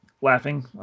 laughing